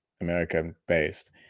America-based